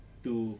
to